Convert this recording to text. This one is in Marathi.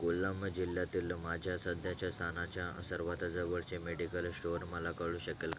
कोल्लम जिल्ह्यातील माझ्या सध्याच्या स्थानाच्या सर्वात जवळचे मेडिकल स्टोअर मला कळू शकेल